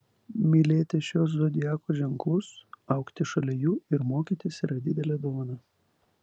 mylėti šiuos zodiako ženklus augti šalia jų ir mokytis yra didelė dovana